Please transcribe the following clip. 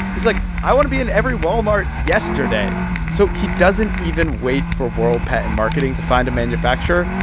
he's like, i want to be in every walmart yesterday. so he doesn't even wait for world patent marketing to find a manufacturer.